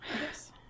Yes